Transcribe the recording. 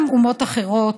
גם אומות אחרות,